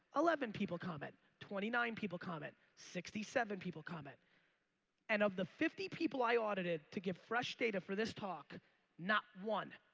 eleven people comment. twenty nine people comment. sixty seven people comment and of the fifty people i audited to get fresh data for this talk not one,